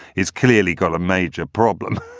he's clearly got a major problem